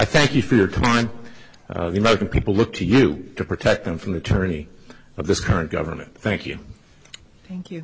thank you for your comment the american people look to you to protect them from the attorney of this current government thank you thank you